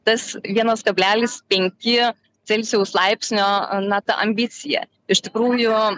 tas vienas kablelis penki celsijaus laipsnio na ta ambicija iš tikrųjų